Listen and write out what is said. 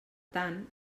tant